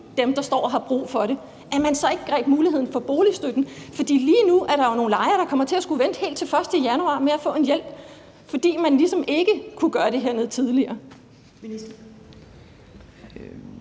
dem, der står og har brug for det? For lige nu er der nogle lejere, der kommer til at skulle vente helt til 1. januar med at få hjælp, fordi man ligesom ikke kunne gøre det her noget tidligere.